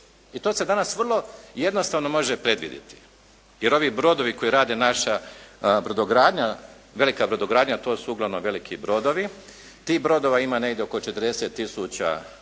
I to se danas vrlo jednostavno može predvidjeti. Jer ovi brodovi koje rade naša brodogradnja, velika brodogradnja to su uglavnom veliki brodovi. Tih brodova ima negdje oko 40 tisuća